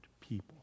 people